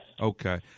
Okay